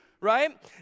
right